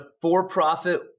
for-profit